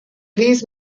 these